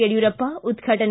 ಯಡಿಯೂರಪ್ಪ ಉದ್ಘಾಟನೆ